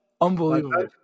Unbelievable